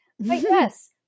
yes